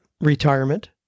retirement